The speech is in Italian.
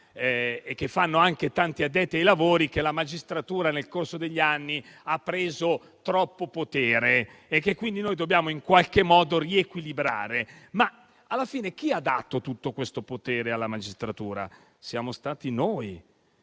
e che fanno anche tanti addetti ai lavori - che la magistratura nel corso degli anni ha preso troppo potere e che quindi dobbiamo in qualche modo riequilibrare. Ma alla fine chi ha dato tutto questo potere alla magistratura? Siamo stati noi,